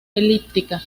elíptica